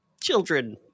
children